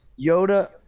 Yoda